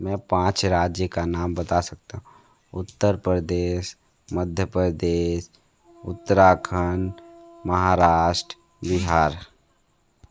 मैं पाँच राज्य का नाम बता सकता हूँ उत्तर प्रदेश मध्य प्रदेश उत्तराखंड महाराष्ट्र बिहार